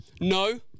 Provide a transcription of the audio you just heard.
No